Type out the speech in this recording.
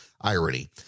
irony